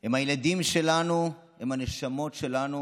הם הילדים שלנו, הן הנשמות שלנו.